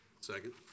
second